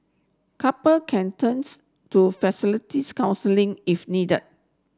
couple can turns to facilities counselling if needed